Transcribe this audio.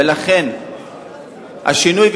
ולכן השינוי,